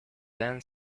then